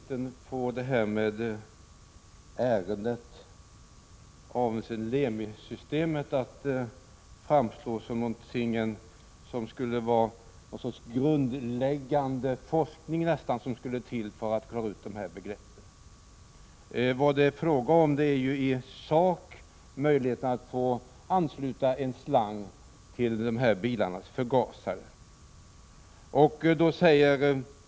Herr talman! Miljöoch energiministern får det att framstå som om det skulle till något slags grundläggande forskning för att klara ut begreppen när det gäller ärendet avseende LEMI-systemet. I sak är det fråga om att få ansluta en slang till bilarnas förgasare.